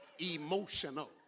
emotional